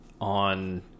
on